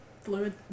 fluid